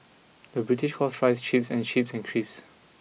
the British calls fries chips and chips and crisp